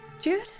Jude